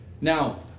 Now